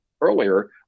earlier